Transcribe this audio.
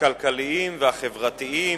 הכלכליים והחברתיים,